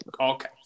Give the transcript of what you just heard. Okay